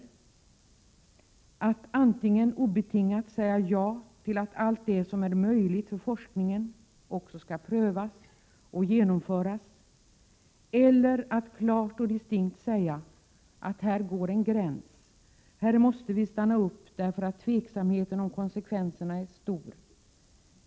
Det handlar om att antingen obetingat säga ja till att allt det som är möjligt för forskningen också skall prövas och genomföras eller att klart och distinkt säga att här går en gräns, att vi måste stanna upp därför att tveksamheten om konsekvenserna är stor.